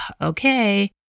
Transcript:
Okay